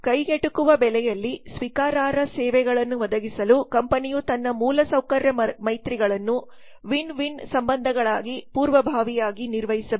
ಕೈಗೆಟುಕುವ ಬೆಲೆಯಲ್ಲಿ ಸ್ವೀಕಾರಾರ್ಹ ಸೇವೆಗಳನ್ನು ಒದಗಿಸಲು ಕಂಪನಿಯು ತನ್ನ ಮೂಲಸೌಕರ್ಯ ಮೈತ್ರಿಗಳನ್ನು ವಿನ್ ವಿನ್ ಸಂಬಂಧಗಳಾಗಿ ಪೂರ್ವಭಾವಿಯಾಗಿ ನಿರ್ವಹಿಸಬೇಕು